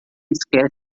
esquece